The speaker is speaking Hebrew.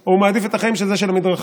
או מעדיף את החיים של זה שעל המדרכה?